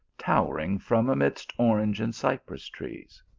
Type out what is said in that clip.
towering from amidst orange and cypress trees.